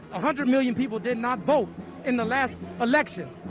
hundred million people did not vote in the last election.